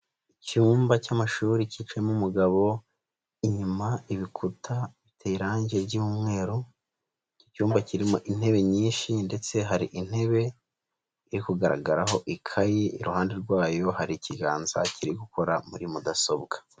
Icyumba cy'amashuri kicayemo umugabo, inyuma ibikuta biteye irangi ry'umweru, icyo cyumba kirimo intebe nyinshi ndetse hari intebe iri kugaragaraho ikayi, iruhande rwayo hari ikiganza kiri gukora muri mudasobwa.